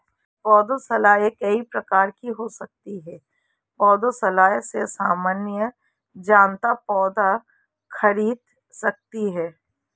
पौधशालाएँ कई प्रकार की हो सकती हैं पौधशालाओं से सामान्य जनता पौधे खरीद सकती है